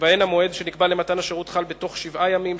שבהן המועד שנקבע למתן השירות חל בתוך שבעה ימים,